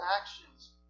actions